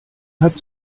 hat